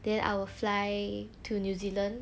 then I will fly to new zealand